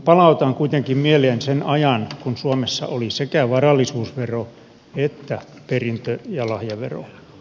palautan kuitenkin mieleen sen ajan kun suomessa oli sekä varallisuusvero että perintö ja lahjavero